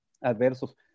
adversos